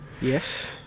yes